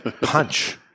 Punch